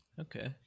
Okay